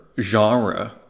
genre